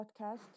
podcast